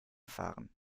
fahren